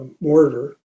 mortar